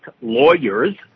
lawyers